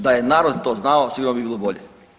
Da je narod to znao, sigurno bi bilo bolje.